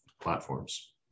platforms